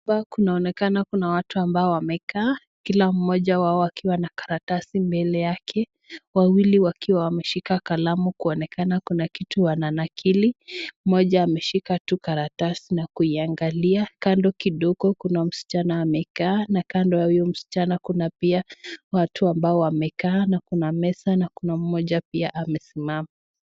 Kuna watu ambao wamekaa kila mmoja wao akiwa na karatasi mbele yake, wawili wakiwa wameshika kalamu kuonekana kuna kitu wananakili, mmoja ameshika karatasi na kuiangalia, kando kidogo kuna msichana amekaa na kando ya huyo msichana kuna watu ambao wamekaa na kuna meza na pia kuna mmoja amesimama.